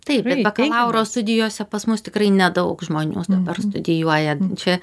taip bet bakalauro studijose pas mus tikrai nedaug žmonių dabar studijuoja čia